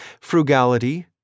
frugality